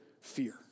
fear